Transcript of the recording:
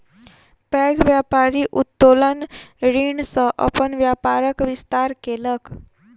पैघ व्यापारी उत्तोलन ऋण सॅ अपन व्यापारक विस्तार केलक